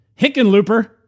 Hickenlooper